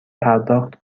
پرداخت